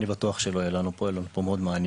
אני בטוח שלא יהיה לנו פה אלא יהיה לנו מאוד מעניין.